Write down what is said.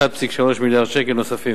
ב-1.3 מיליארד שקל נוספים.